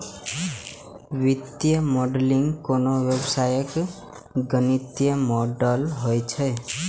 वित्तीय मॉडलिंग कोनो व्यवसायक गणितीय मॉडल होइ छै